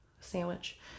sandwich